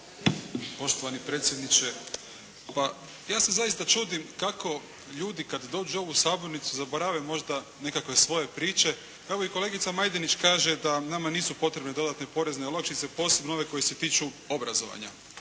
Poštovani predsjedniče, pa ja se zaista čudim kako ljudi kad dođu u ovu sabornicu zaborave možda nekakve svoje priče. Evo i kolegica Majdenić kaže da nama nisu potrebne dodatne porezne olakšice posebno ove koje se tiču obrazovanja.